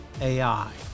AI